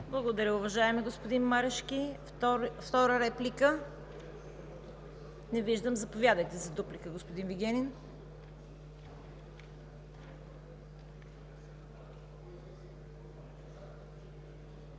Благодаря, уважаеми господин Марешки. Втора реплика? Не виждам. Заповядайте за дуплика, господин Вигенин.